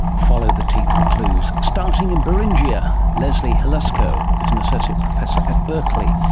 follow the teeth for clues, starting in baringia. leslea hlusko is an associate professor at berkeley.